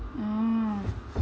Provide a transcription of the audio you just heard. oh